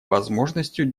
возможностью